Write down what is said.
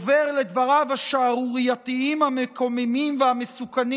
עובר לדבריו השערורייתיים, המקוממים והמסוכנים